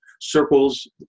circles